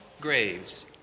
graves